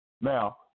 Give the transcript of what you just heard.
Now